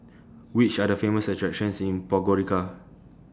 Which Are The Famous attractions in Podgorica